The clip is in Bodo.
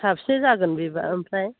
साबैसे जागोन बेबा ओमफ्राय